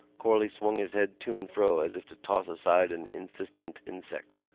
corley swung his head to and fro as if to toss aside an insistent insect,